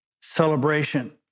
celebration